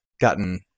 gotten